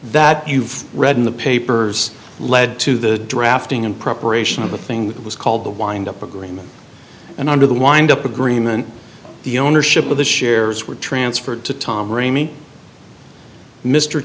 that you've read in the papers led to the drafting and preparation of the thing that was called the wind up agreement and under the wind up agreement the ownership of the shares were transferred to tom raimi mr